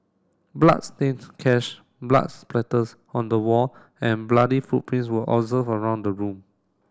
bloodstained cash blood splatters on the wall and bloody footprints were observed around the room